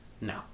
No